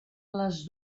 les